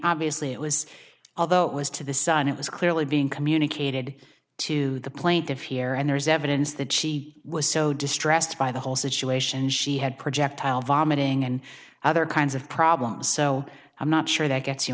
obviously it was although it was to the son it was clearly being indicated to the plaintiff here and there's evidence that she was so distressed by the whole situation she had projectile vomiting and other kinds of problems so i'm not sure that gets you